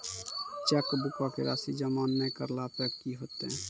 चेकबुको के राशि जमा नै करला पे कि होतै?